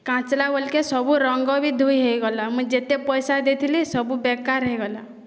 କାଞ୍ଚେଲା ବେଲ୍କେ ସବୁ ରଙ୍ଗ ବି ଧୋଇହେଇଗଲା ମୁଇଁ ଯେତେ ପଏସା ଦେଇଥିଲି ସବୁ ବେକାର୍ ହେଇଗଲା